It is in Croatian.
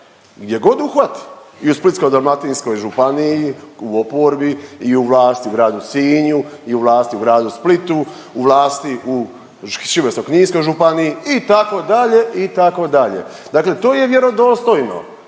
gdjegod uhvati i u Splitsko-dalmatinskoj županiji u oporbi i u vlasti u Gradu Sinju i u vlasti u Gradu Splitu, u vlasti u Šibensko-kninskoj županiji itd., itd., dakle to je vjerodostojno